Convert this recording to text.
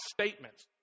statements